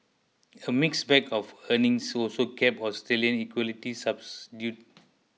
a mixed bag of earnings also kept Australian equities subdued